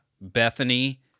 Bethany